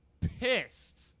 pissed